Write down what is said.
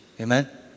Amen